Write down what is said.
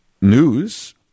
news